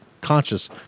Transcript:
conscious